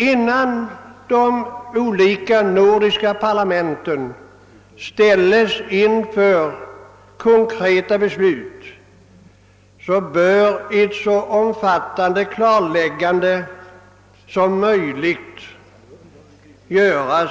Innan de olika nordiska parlamenten ställs inför konkreta beslut bör ett så omfattande klarläggande som möjligt göras